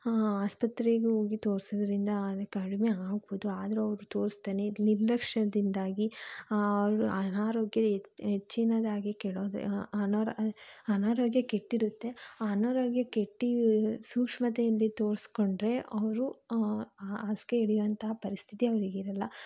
ಆಸ್ಪತ್ರೆಗೂ ಹೋಗಿ ತೋರ್ಸೋದ್ರಿಂದ ಅದು ಕಡಿಮೆ ಆಗ್ಬೌದು ಆದರೂ ಅವರು ತೋರ್ಸ್ದೆ ನಿರ್ಲಕ್ಷ್ಯದಿಂದಾಗಿ ಅವರು ಅನಾರೋಗ್ಯ ಎ ಹೆಚ್ಚಿನದಾಗಿ ಕೆಡೋದು ಅನಾರೋ ಅನಾರೋಗ್ಯ ಕೆಟ್ಟಿರುತ್ತೆ ಆ ಅನಾರೋಗ್ಯ ಕೆಟ್ಟು ಸೂಕ್ಷ್ಮತೆಯಿಂದ ತೋರಿಸ್ಕೊಂಡ್ರೆ ಅವರು ಹಾಸ್ಗೆ ಹಿಡಿಯುವಂತಹ ಪರಿಸ್ಥಿತಿ ಅವರಿಗಿರಲ್ಲ